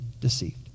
deceived